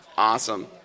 Awesome